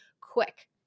quick